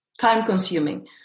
Time-consuming